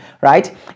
right